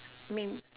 I mean